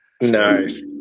Nice